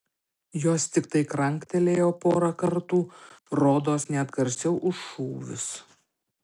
jos tiktai kranktelėjo porą kartų rodos net garsiau už šūvius